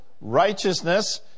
righteousness